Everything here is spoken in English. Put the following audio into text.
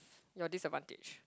your disadvantage